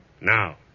Now